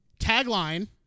Tagline